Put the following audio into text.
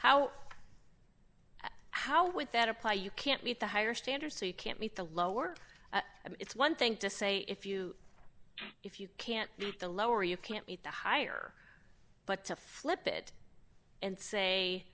how how would that apply you can't meet the higher standards they can't meet the lowered it's one thing to say if you if you can't move the lower you can't meet the higher but to flip it and say